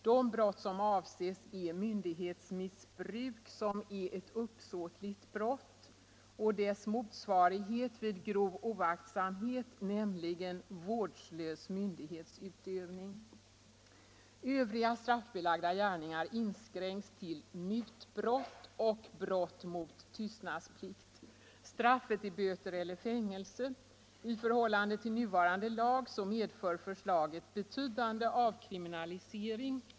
De brott som avses är myndighetsmissbruk, som är ett uppsåtligt brott, och dess motsvarighet vid grov oaktsamhet, nämligen vårdslös myndighetsutövning. Övriga straffbelagda gärningar inskränks till mutbrott och brott mot tystnadsplikt. Straffet är böter eller fängelse. I förhållande till nuvarande lag medför förslaget betydande avkriminalisering.